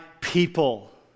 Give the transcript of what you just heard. people